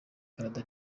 canada